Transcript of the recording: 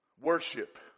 worship